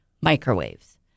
microwaves